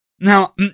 Now